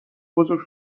بزرگ